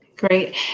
Great